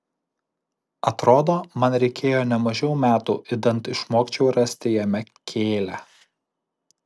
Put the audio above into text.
atrodo man reikėjo ne mažiau metų idant išmokčiau rasti jame kėlią